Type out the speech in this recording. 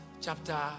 chapter